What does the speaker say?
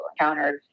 encountered